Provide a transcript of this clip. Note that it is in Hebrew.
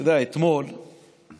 אתה יודע, אתמול בערב